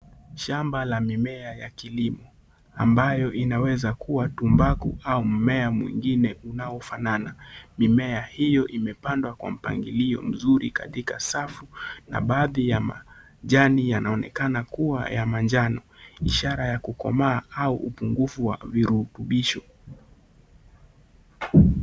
Shamba la mimea ya kilimo, ambayo inaweza kuwa tumbaku au mmea mwingine unaofanana. Mimea hiyo imepandwa kwa mpangilio mzuri katika safu, na baadhi ya majani yanaonekana kuwa ya manjano. Ishara ya kukomaa au upungufu wa virutubisho.